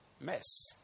mess